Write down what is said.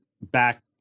back